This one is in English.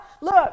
look